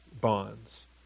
bonds